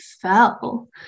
fell